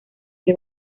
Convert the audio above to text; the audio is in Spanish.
que